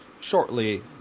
shortly